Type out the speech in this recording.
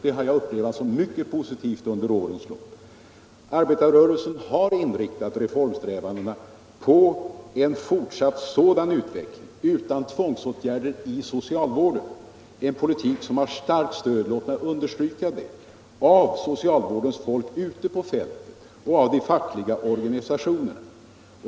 Det har jag upplevt som mycket positivt under årens lopp. Arbetarrörelsen har inriktat reformsträvandena på en fortsatt sådan utveckling, utan tvångsåtgärder inom socialvården. Låt mig understryka att detta är en politik som har starkt stöd bland socialvårdens folk ute på fältet och i de fackliga organisåtionerna.